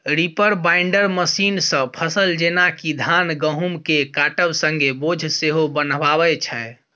reaper binder मशीनसँ फसल जेना कि धान गहुँमकेँ काटब संगे बोझ सेहो बन्हाबै छै